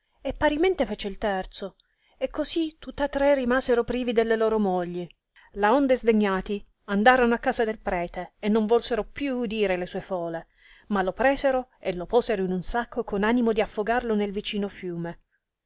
e parimente fece il terzo e così tutta tre rimasero privi delle loro mogli laonde sdegnati andorono a casa del prete e non volsero più udire sue fole ma lo presero e lo posero in un sacco con animo di affogarlo nel vicino fiume